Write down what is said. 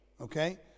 okay